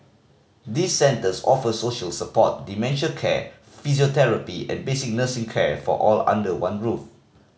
these centres offer social support dementia care physiotherapy and basic nursing care for all under one roof